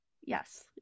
Yes